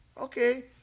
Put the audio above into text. Okay